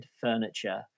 furniture